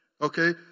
Okay